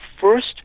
first